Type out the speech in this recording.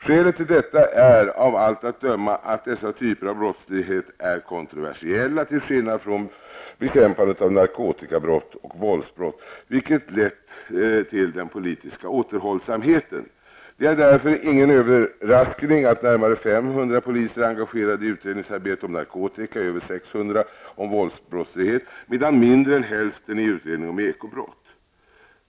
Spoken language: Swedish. Skälet till detta är av allt att döma att dessa typer av brottslighet är kontroversiella till skillnad från narkotikabrott och våldsbrott, vilket lett till den politiska återhållsamheten. Det är därför ingen överraskning att närmare 500 poliser är engagerade i utredning om narkotika, över 600 om våldsbrott medan mindre än hälften är engagerade i utredning om ekobrott.